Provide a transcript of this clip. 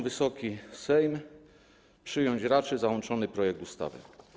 Wysoki Sejm przyjąć raczy załączony projekt ustawy.